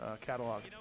catalog